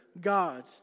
God